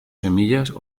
semillas